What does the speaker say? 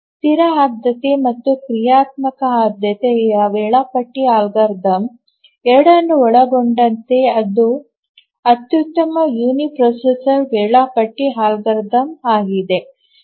ಸ್ಥಿರ ಆದ್ಯತೆ ಮತ್ತು ಕ್ರಿಯಾತ್ಮಕ ಆದ್ಯತೆಯ ವೇಳಾಪಟ್ಟಿ ಅಲ್ಗಾರಿದಮ್ ಎರಡನ್ನೂ ಒಳಗೊಂಡಂತೆ ಇದು ಅತ್ಯುತ್ತಮ ಯುನಿಪ್ರೊಸೆಸರ್ ವೇಳಾಪಟ್ಟಿ ಅಲ್ಗಾರಿದಮ್ ಆಗಿದೆ